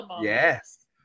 Yes